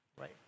Right